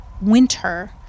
winter